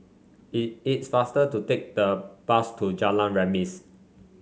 it is faster to take the bus to Jalan Remis